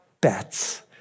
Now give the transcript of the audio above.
bets